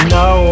no